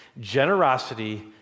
generosity